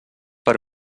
per